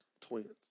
Twins